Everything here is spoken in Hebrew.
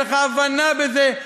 אין לך הבנה בזה,